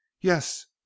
Yes